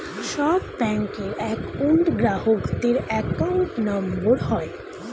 সব ব্যাঙ্কের একউন্ট গ্রাহকদের অ্যাকাউন্ট নম্বর হয়